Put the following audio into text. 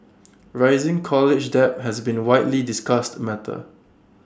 rising college debt has been widely discussed matter